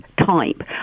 type